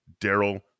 Daryl